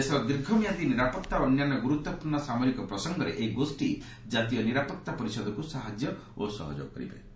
ଦେଶର ଦୀର୍ଘମିଆଦୀ ନିରାପତ୍ତା ଓ ଅନ୍ୟାନ୍ୟ ଗୁରୁତ୍ୱପୂର୍ଣ୍ଣ ସାମରିକ ପ୍ରସଙ୍ଗରେ ଏହି ଗୋଷୀ କାତୀୟ ନିରାପତ୍ତା ପରିଷଦକୁ ସାହାଯ୍ୟ ସହଯୋଗ କରିବେ